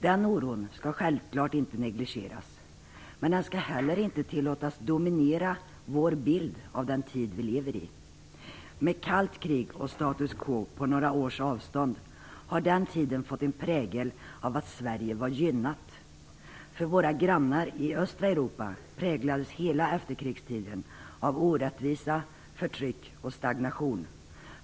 Den oron skall självklart inte negligeras. Men den skall heller inte tillåtas dominera vår bild av den tid vi lever i. Med kallt krig och status quo på avstånd har den tiden fått en prägel av att Sverige var gynnat. För våra grannar i östra Europa präglades hela efterkrigstiden av orättvisa, förtryck och stagnation.